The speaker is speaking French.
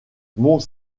mont